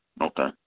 Okay